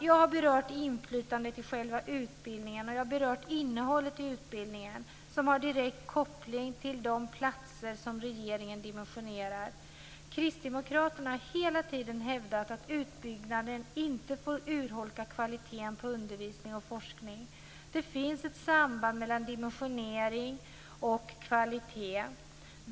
Jag har berört inflytandet i själva utbildningen, och jag har berört innehållet i utbildningen, som har direkt koppling till de platser som regeringen dimensionerar. Kristdemokraterna har hela tiden hävdat att utbyggnaden inte får urholka kvaliteten på undervisning och forskning. Det finns ett samband mellan dimensionering och kvalitet.